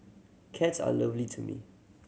cats are lovely to me